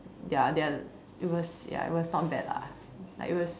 ya they are it was ya it was not bad lah like it was